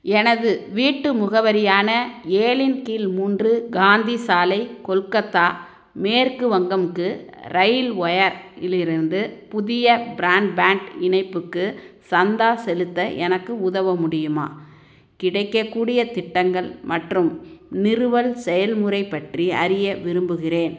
எனது வீட்டு முகவரியான ஏழின் கீழ் மூன்று காந்தி சாலை கொல்கத்தா மேற்கு வங்கமுக்கு ரயில் ஒயர் இலிருந்து புதிய ப்ரான்பேண்ட் இணைப்புக்கு சந்தா செலுத்த எனக்கு உதவ முடியுமா கிடைக்கக்கூடிய திட்டங்கள் மற்றும் நிறுவல் செயல்முறைப் பற்றி அறிய விரும்புகிறேன்